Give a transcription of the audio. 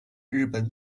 日本